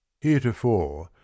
Heretofore